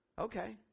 okay